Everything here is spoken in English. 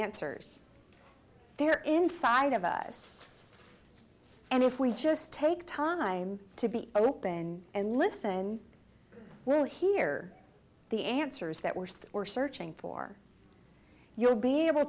answers there inside of us and if we just take time to be open and listen we'll hear the answers that were so we're searching for you'll be able